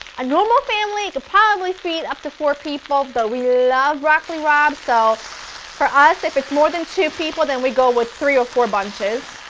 a normal family it could probably feed up to four people, but we love broccoli rabe so for us if it's more than two people we go with three or four bunches.